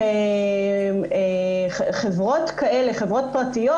שחברות פרטיות,